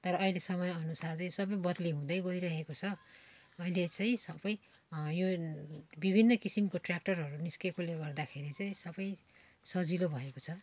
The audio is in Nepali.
तर अहिले समय अनुसार चाहिँ सब बदली हुँदै गइरहेको छ अहिले चाहिँ सब यो विभिन्न किसिमको ट्य्राक्टरहरू निस्केकोले गर्दाखेरि चाहिँ सब सजिलो भएको छ